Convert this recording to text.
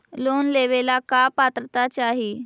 Loan लेवेला का पात्रता चाही?